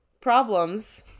problems